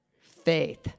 faith